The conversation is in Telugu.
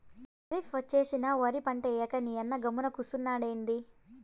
కరీఫ్ ఒచ్చేసినా ఒరి పంటేయ్యక నీయన్న గమ్మున కూసున్నాడెంది